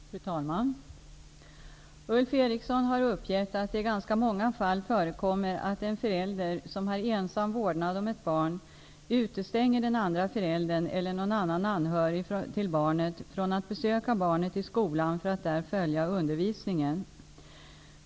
Fru talman! Ulf Eriksson har uppgivit att det i ganska många fall förekommer att en förälder som har ensam vårdnad om ett barn utestänger den andra föräldern eller någon annan anhörig till barnet från att besöka barnet i skolan för att där följa undervisningen.